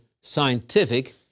scientific